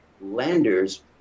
lenders